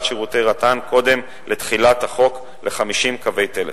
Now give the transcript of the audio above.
שירותי רט"ן קודם לתחילת החוק ל-50 קווי טלפון.